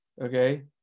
okay